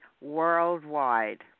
worldwide